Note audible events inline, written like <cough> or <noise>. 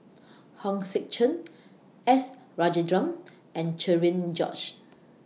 <noise> Hong Sek Chern S Rajendran and Cherian George